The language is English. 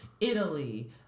Italy